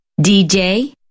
DJ